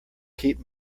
keep